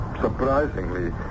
Surprisingly